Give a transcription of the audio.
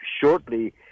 shortly